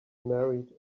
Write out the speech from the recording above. married